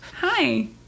hi